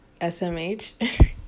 smh